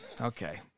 okay